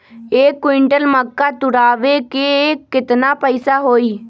एक क्विंटल मक्का तुरावे के केतना पैसा होई?